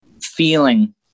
feeling